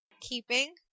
keeping